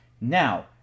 Now